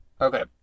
Okay